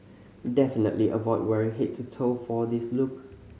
definitely avoid wearing head to toe for this look